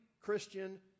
Christian